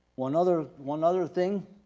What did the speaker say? one other one other thing,